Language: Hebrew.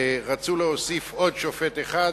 רצו להוסיף עוד שופט אחד.